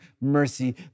mercy